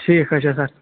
ٹھیٖک حظ چھِ سَر